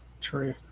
True